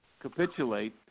capitulate